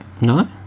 No